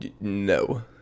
No